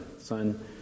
Son